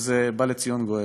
בא לציון גואל.